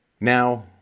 Now